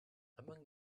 among